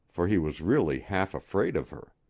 for he was really half-afraid of her.